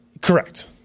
Correct